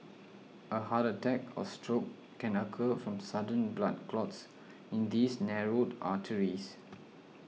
a heart attack or stroke can occur from sudden blood clots in these narrowed arteries